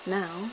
now